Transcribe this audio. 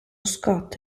scott